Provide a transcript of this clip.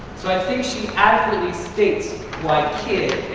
so i think she adequately states why kid